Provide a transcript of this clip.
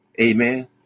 Amen